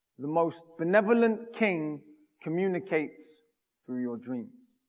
the most benevolent king communicates through your dreams.